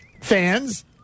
Fans